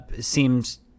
seems